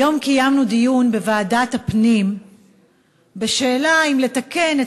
היום קיימנו דיון בוועדת הפנים בשאלה אם לתקן את